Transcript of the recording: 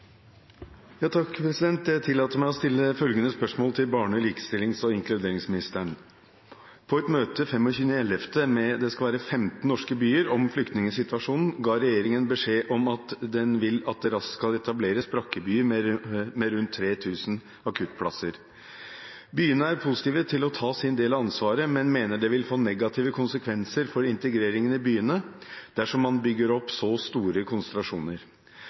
et møte 25. november med 15 norske byer om flyktningsituasjonen ga regjeringen beskjed om at den vil at det raskt skal etableres brakkebyer med rundt 3 000 akuttplasser. Byene er positive til å ta sin del av ansvaret, men mener det vil få negative konsekvenser for integreringen i byene dersom man bygger opp så store